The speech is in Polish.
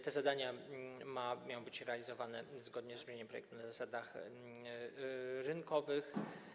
Te zadania mają być realizowane zgodnie z brzmieniem projektu na zasadach rynkowych.